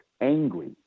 angry